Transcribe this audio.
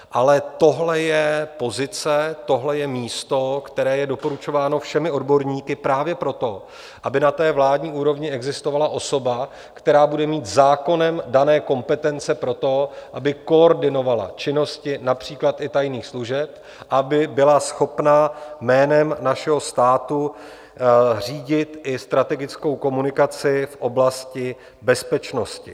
Ale tohle je pozice, tohle je místo, které je doporučováno všemi odborníky právě proto, aby na vládní úrovni existovala osoba, která bude mít zákonem dané kompetence pro to, aby koordinovala činnosti například i tajných služeb a aby schopna jménem našeho státu řídit i strategickou komunikaci v oblasti bezpečnosti.